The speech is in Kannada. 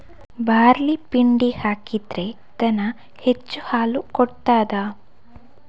ಬಾರ್ಲಿ ಪಿಂಡಿ ಹಾಕಿದ್ರೆ ದನ ಹೆಚ್ಚು ಹಾಲು ಕೊಡ್ತಾದ?